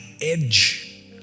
edge